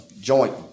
joint